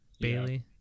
Bailey